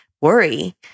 worry